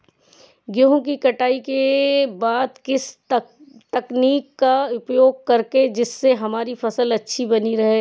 गेहूँ की कटाई के बाद किस तकनीक का उपयोग करें जिससे हमारी फसल अच्छी बनी रहे?